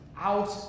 out